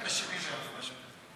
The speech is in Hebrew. מתחת ל-70,000,